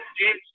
James